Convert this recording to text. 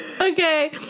Okay